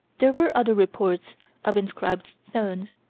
there were other reports of inscribed stones,